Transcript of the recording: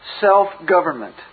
...self-government